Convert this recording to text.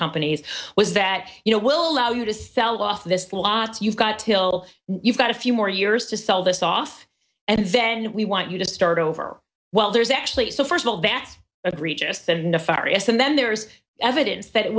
companies was that you know will allow you to sell off this lots you've got till you've got a few more years to sell this off and then we want you to start over well there's actually so first of all that a three just the nefarious and then there's evidence that it